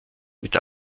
mit